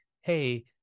Hey